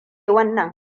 wannan